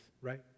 right